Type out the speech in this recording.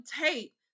tape